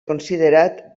considerat